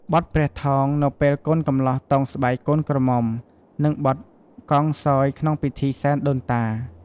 បទព្រះថោង នៅពេលកូនកំលោះតោងស្បៃកូនក្រមំុ និងបទកងសោយ ក្នុងពិធីសែនដូនតា។